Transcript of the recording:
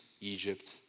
Egypt